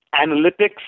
analytics